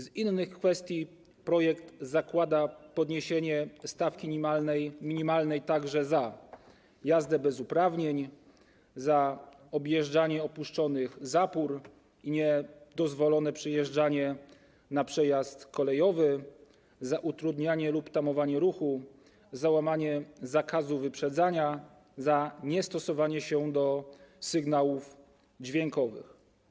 Z innych kwestii projekt zakłada podniesienie stawki minimalnej także za: jazdę bez uprawnień, za objeżdżanie opuszczonych zapór i niedozwolone przyjeżdżanie na przejazd kolejowy, za utrudnianie lub tamowanie ruchu, za łamanie zakazu wyprzedzania, za niestosowanie się do sygnałów dźwiękowych.